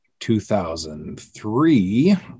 2003